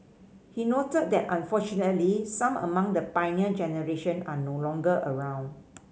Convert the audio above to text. he noted that unfortunately some among the Pioneer Generation are no longer around